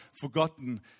forgotten